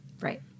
Right